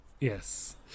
Yes